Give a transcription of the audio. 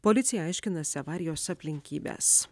policija aiškinasi avarijos aplinkybes